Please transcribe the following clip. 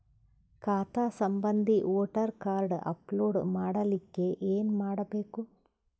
ಖಾತಾ ಸಂಬಂಧಿ voter card upload ಮಾಡಲಿಕ್ಕೆ ಏನ ಮಾಡಬೇಕು?